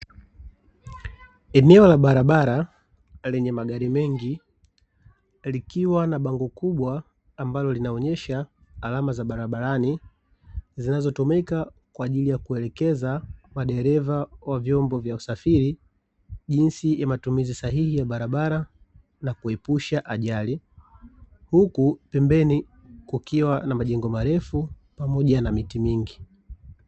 Eneo la barabara lenye magari mengi, likiwa na bango kubwa ambalo linaonyesha alama za barabarani, zinazotumika kwa ajili ya kuelekeza madereva wa vyombo vya usafiri, jinsi ya matumizi sahihi ya barabara na kuepusha ajali. Huku pembeni kukiwa na majengo marefu, pamoja na miti mingi.